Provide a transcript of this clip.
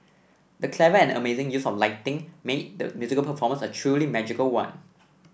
the clever and amazing use of lighting made the musical performance a truly magical one